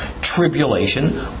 tribulation